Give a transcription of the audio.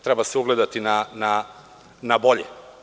Treba se ugledati na bolje.